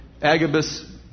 Agabus